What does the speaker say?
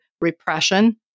repression